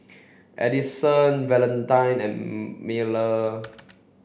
Adison Valentine and Miller